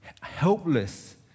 helpless